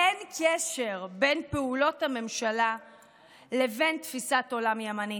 אין קשר בין פעולות הממשלה לבין תפיסת עולם ימנית,